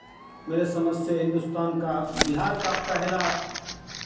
मेरे समझ से हिन्दुस्तान का बिहार का पहला